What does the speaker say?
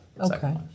Okay